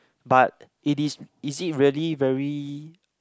but it is is it really very